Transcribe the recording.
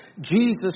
Jesus